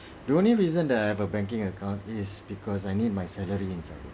the only reason that I have a banking account it is because I need my salary inside it